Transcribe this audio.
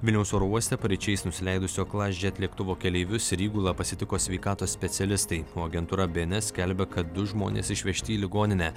vilniaus oro uoste paryčiais nusileidusio klasjet lėktuvo keleivius ir įgulą pasitiko sveikatos specialistai o agentūra bns skelbia kad du žmonės išvežti į ligoninę